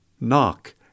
Knock